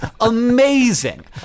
amazing